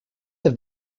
have